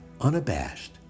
unabashed